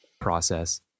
process